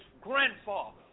grandfather